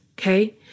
okay